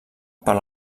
per